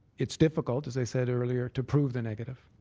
it's difficult, as i said earlier, to prove the negative.